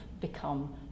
become